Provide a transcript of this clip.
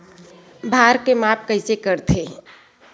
भार के माप कइसे करथे?